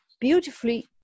Beautifully